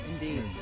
Indeed